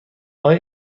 آیا